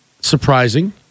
Surprising